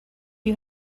you